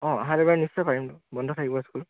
অঁ অহা দেওবাৰ নিশ্চয় পাৰিম বন্ধ থাকিব স্কুল